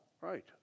right